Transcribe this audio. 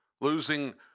Losing